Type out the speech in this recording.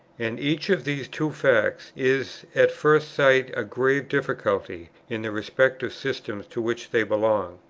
and each of these two facts is at first sight a grave difficulty in the respective systems to which they belong.